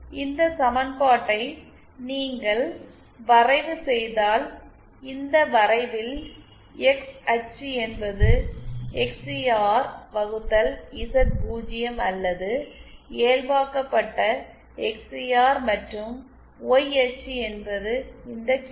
இந்த சமன்பாட்டை நீங்கள் வரைவு செய்தால் இந்த வரைவில் எக்ஸ் அச்சு என்பது எக்ஸ்சிஆர் வகுத்தல் இசட் 0 அல்லது இயல்பாக்கப்பட்ட எக்ஸ்சிஆர் மற்றும் ஒய் அச்சு என்பது இந்த கியூஎல்